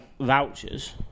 vouchers